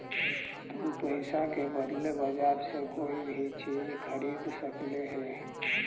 तु पईसा के बदले बजार से कोई भी चीज खरीद सकले हें